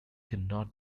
cannot